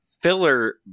filler